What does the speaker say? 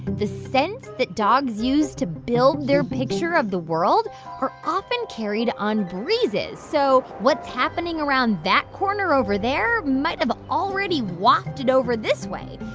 the scents that dogs use to build their picture of the world are often carried on breezes, so what's happening around that corner over there might have already wafted over this way,